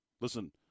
listen